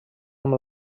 amb